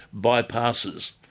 bypasses